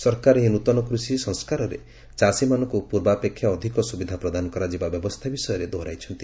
ସରକାର ଏହି ନୃତନ କୃଷି ସଂସ୍କାରରେ ଚାଷୀମାନଙ୍କୁ ପୂର୍ବାପେକ୍ଷା ଅଧିକ ସୁବିଧା ପ୍ରଦାନ କରାଯିବା ବ୍ୟବସ୍ଥା ବିଷୟରେ ସେ ଦୋହରାଇଛନ୍ତି